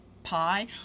Pie